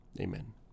Amen